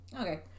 Okay